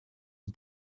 une